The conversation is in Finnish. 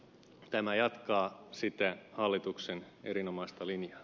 tämä jatkaa sitten hallituksen erinomastalinia